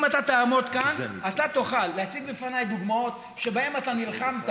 אם אתה תעמוד כאן אתה תוכל להציג בפניי דוגמאות שבהן אתה נלחמת